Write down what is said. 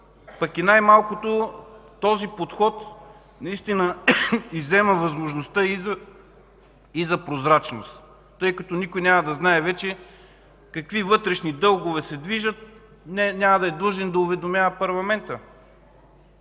пък и най-малкото този подход иззема възможността и за прозрачност, тъй като никой няма да знае вече какви вътрешни дългове се движат, няма да е длъжен да уведомява парламента.